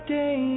day